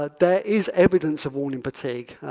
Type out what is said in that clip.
ah there is evidence of warning fatigue,